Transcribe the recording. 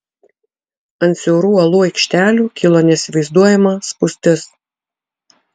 ant siaurų uolų aikštelių kilo neįsivaizduojama spūstis